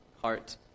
heart